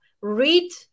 read